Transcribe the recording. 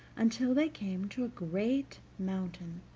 until they came to a great mountain.